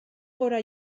gora